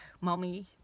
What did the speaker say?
mommy